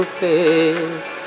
face